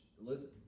listen